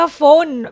phone